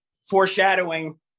foreshadowing